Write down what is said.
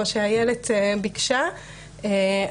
רמו שביקשה איילת,